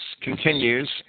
continues